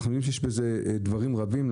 אנחנו יודעים שיש בזה דברים רבים.